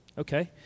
Okay